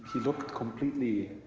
looking completely.